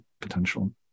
potential